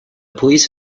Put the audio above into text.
police